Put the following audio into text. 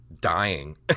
dying